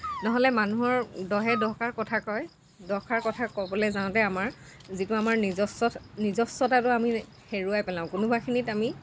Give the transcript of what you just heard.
নহ'লে মানুহৰ দহে দহষাৰ কথা কয় দহষাৰ কথা ক'বলৈ যাওঁতে যিটো আমাৰ নিজস্ব নিজস্বতাটো আমি হেৰুৱাই পেলাওঁ কোনোবাখিনিত আমি